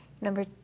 Number